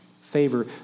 favor